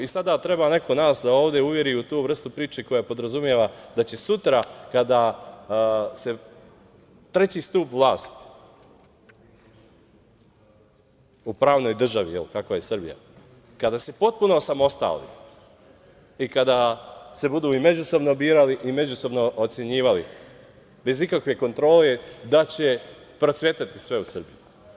I sada treba neko nas da ovde uveri u tu vrstu priče koja podrazumeva da će sutra kada se treći stub vlasti u pravnoj državi kakva je Srbija, kada se potpuno osamostali i kada se budu i međusobno birali i međusobno ocenjivali, bez ikakve kontrole, da će procvetati sve u Srbiji.